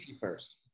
first